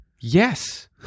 Yes